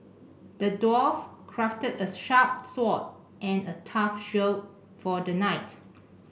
the dwarf crafted a sharp sword and a tough shield for the knight